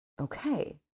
okay